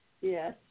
yes